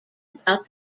about